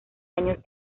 años